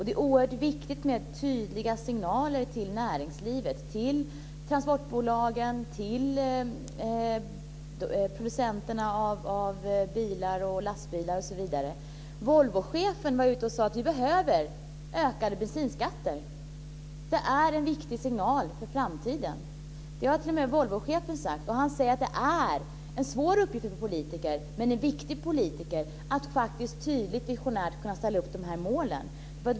Det är oerhört viktigt med tydliga signaler till näringslivet; till transportbolagen, till producenterna av bilar och lastbilar osv. Volvochefen gick ut och sade att vi behöver ökade bensinskatter. Det är en viktig signal för framtiden. Det har alltså t.o.m. Volvochefen sagt. Han säger att det är en svår men viktig uppgift för politiker att tydligt och visionärt ställa upp de här målen.